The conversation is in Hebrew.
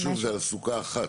אבל שוב, זה על סוכה אחת.